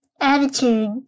attitude